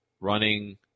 running